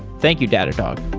thank you, datadog.